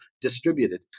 distributed